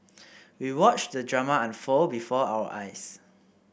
we watched the drama unfold before our eyes